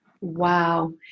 Wow